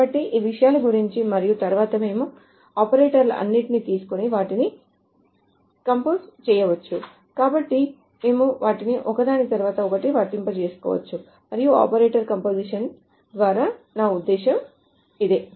కాబట్టి ఈ విషయాల గురించి మరియు తరువాత మేము ఈ ఆపరేటర్లన్నింటినీ తీసుకొని వాటిని కంపోజ్ చేయవచ్చు కాబట్టి మేము వాటిని ఒకదాని తరువాత ఒకటి వర్తింప చేసుకోవచ్చు మరియు ఆపరేటర్ల కంపోజిషన్ ద్వారా నా ఉద్దేశ్యం ఇదే